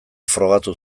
frogatu